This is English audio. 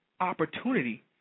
opportunity